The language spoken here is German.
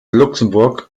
luxemburg